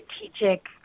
strategic